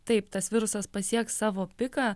taip tas virusas pasieks savo piką